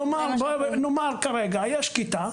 נאמר כרגע, יש כיתה,